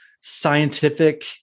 scientific